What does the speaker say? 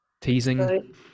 teasing